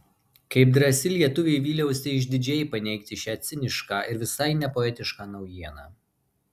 kaip drąsi lietuvė vyliausi išdidžiai paneigti šią cinišką ir visai nepoetišką naujieną